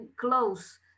close